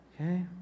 Okay